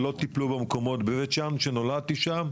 איזה מסלול מהיר יהיה לעניין הזה,